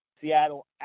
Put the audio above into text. Seattle